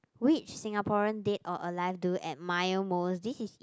which Singaporean dead or alive do you admire most this is it